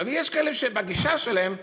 אבל יש כאלה שבגישה שלהם,